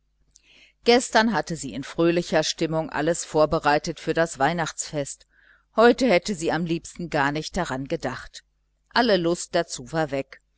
gestern hatte sie in fröhlicher stimmung alles vorbereitet für das weihnachtsgebäck heute hätte sie es am liebsten ganz beiseite gestellt alle lust dazu war weg